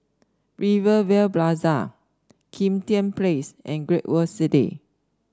Rivervale Plaza Kim Tian Place and Great World City